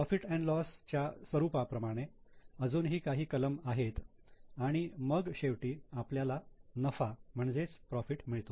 profit and loss profit loss च्या स्वरूपाप्रमाणे अजूनही काही कलम आहेत आणि मग शेवटी आपल्याला नफा म्हणजेच प्रॉफिट मिळतो